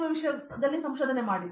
ಪ್ರತಾಪ್ ಹರಿದಾಸ್ ಸರಿ